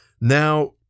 Now